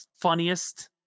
funniest